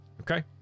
okay